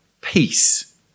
peace